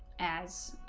as